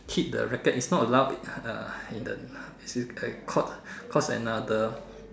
hit the racket is not loud uh in the as in court cause another